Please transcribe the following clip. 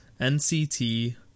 NCT